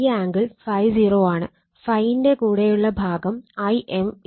∅ ന്റെ കൂടെയുള്ള ഭാഗം Im I0 sin ∅ആണ്